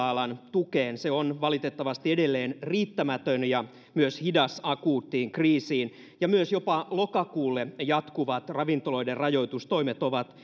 alan tukeen se on valitettavasti edelleen riittämätön ja myös hidas akuuttiin kriisiin ja jopa lokakuulle jatkuvat ravintoloiden rajoitustoimet ovat